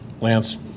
Lance